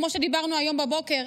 כמו שדיברנו היום בבוקר,